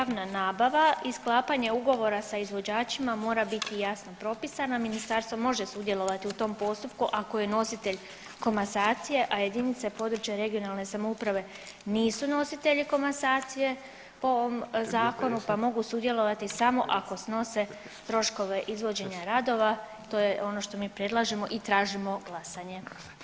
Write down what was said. Javna nabava i sklapanje ugovora sa izvođačima mora biti jasno propisana, ministarstvo može sudjelovati u tom postupku ako je nositelj komasacije, a jedinice područne regionalne samouprave nisu nositelji komasacije po ovom zakonu pa mogu sudjelovati samo ako snose troškove izvođenja radova to je ono što mi predlažemo i tražimo glasanje.